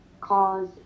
cause